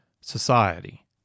society